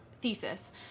thesis